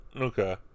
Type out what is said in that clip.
Okay